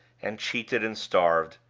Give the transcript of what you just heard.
and cheated, and starved.